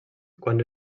quan